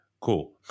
Cool